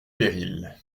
péril